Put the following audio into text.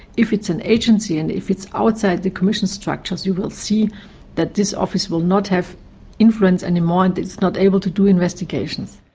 if it's an agency and if it's outside the commission structures you will see that this office will not have influence anymore and it's not able to do investigations.